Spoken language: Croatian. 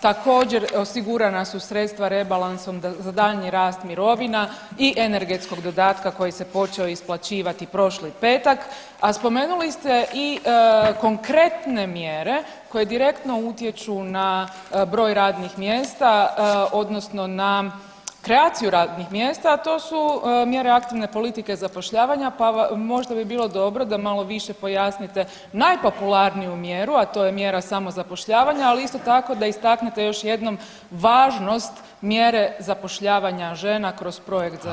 Također osigurana su sredstva rebalansom za daljnji rast mirovina i energetskog dodatka koji se počeo isplaćivati prošli petak, a spomenuli ste i konkretne mjere koje direktno utječu na broj radnih mjesta odnosno na kreaciju radnih mjesta, a to su mjere aktivne politike zapošljavanja, pa možda bi bilo dobro da malo više pojasnite najpopularniju mjeru, a to je mjera samozapošljavanja, ali isto tako da istaknete još jednom važnost mjere zapošljavanja žena kroz projekt „Zaželi“